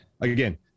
again